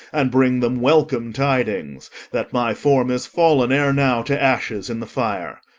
and bring them welcome tidings, that my form is fallen ere now to ashes in the fire.